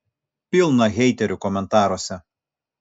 pilna heiterių komentaruose